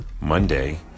Monday